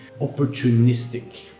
opportunistic